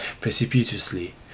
precipitously